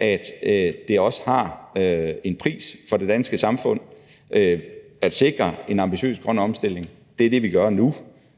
at det også har en pris for det danske samfund at sikre en ambitiøs grøn omstilling. Det er det, vi gør nu.